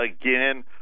again